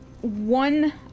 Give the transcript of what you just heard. one